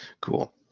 Cool